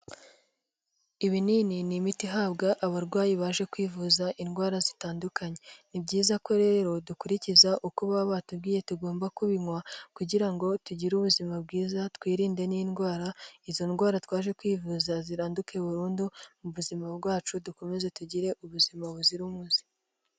Ibinini ni imiti ihabwa abarwayi baje kwivuza indwara zitandukanye, ni byiza ko rero dukurikiza uko baba batubwiye tugomba kubinywa kugira ngo tugire ubuzima bwiza twirinde n'indwara. Izo ndwara twaje kwivuza ziranduke burundu mu buzima bwacu dukomeze tugire ubuzima buzira umuze.